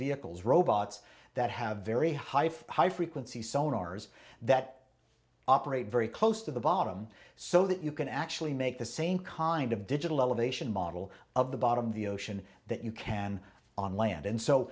vehicles robots that have very high for high frequency sonars that operate very close to the bottom so that you can actually make the same kind of digital elevation model of the bottom of the ocean that you can on land and so